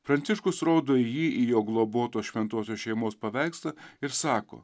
pranciškus rodo jį į jo globotos šventosios šeimos paveikslą ir sako